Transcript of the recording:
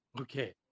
Okay